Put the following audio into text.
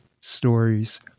Stories